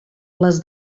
les